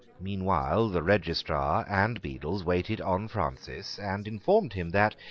meanwhile the registrar and bedells waited on francis, and informed him that,